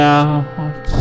out